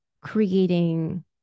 creating